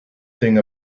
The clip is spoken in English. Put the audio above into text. thing